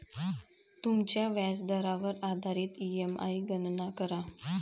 तुमच्या व्याजदरावर आधारित ई.एम.आई गणना करा